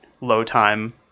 low-time